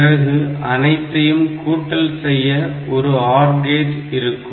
பிறகு அனைத்தையும் கூட்டல் செய்ய ஒரு OR கேட் இருக்கும்